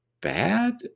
bad